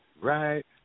right